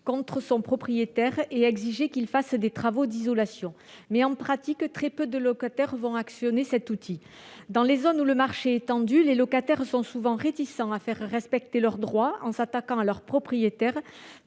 contre son propriétaire et exiger qu'il effectue des travaux d'isolation. Mais, en pratique, très peu de locataires actionneront cet outil. Dans les zones où le marché est tendu, les locataires sont souvent réticents à faire respecter leurs droits en s'attaquant à leur propriétaire,